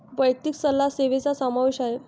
वैयक्तिक सल्ला सेवेचा समावेश आहे